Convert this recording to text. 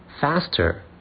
faster